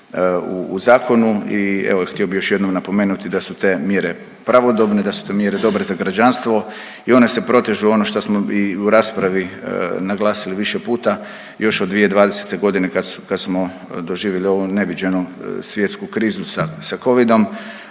u zakonu i evo htio bi još jednom napomenuti da su te mjere pravodobne, da su te mjere dobre za građanstvo i one se protežu, ono što smo i u raspravi naglasili više puta, još od 2020.g. kad, kad smo doživjeli ovu neviđenu svjetsku krizu sa,